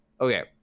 Okay